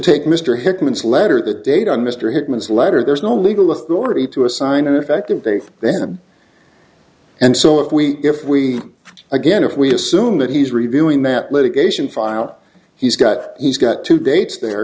take mr hickman's letter that date on mr hickman's letter there's no legal authority to assign an effective date then and so if we if we again if we assume that he's reviewing that litigation far out he's got he's got two dates there